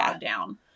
down